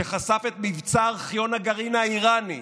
שחשף את מבצע ארכיון הגרעין האיראני,